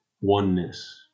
oneness